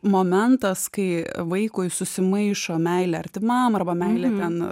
momentas kai vaikui susimaišo meilė artimam arba meilė ten